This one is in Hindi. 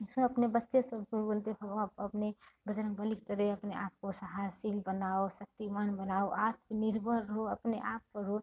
हम सब अपने बच्चे से भी बोलते अपने बजरंग बलि के तरह अपने आपको सहनशील बनाओ शक्तिमान बनाओ आत्मनिर्भर रहो अपने आप पर रहो